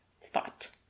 spot